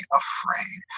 afraid